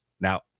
Now